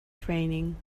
training